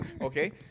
Okay